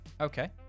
Okay